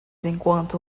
enquanto